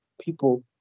people